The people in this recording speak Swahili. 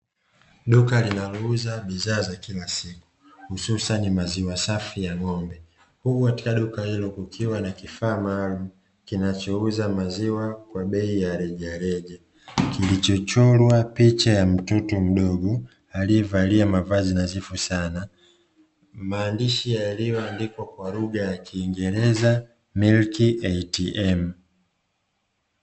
Duka linalouza bidhaa za kila siku, hususani maziwa safi ya ng'ombe. Huku katika duka hilo kukiwa na kifaa maalumu, kinachouza maziwa kwa bei ya rejareja, kilichochorwa picha ya mtoto mdogo, aliyevalia mavazi nadhifu sana. Maandishi yaliyoandikwa kwa lugha ya kiingereza "milk ATM".